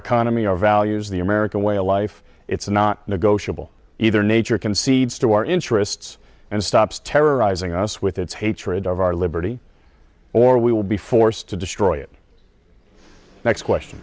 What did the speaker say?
economy our values the american way of life it's not negotiable either nature concedes to our interests and stops terrorizing us with its hatred of our liberty or we will be forced to destroy it next question